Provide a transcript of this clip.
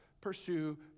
pursue